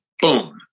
boom